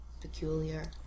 peculiar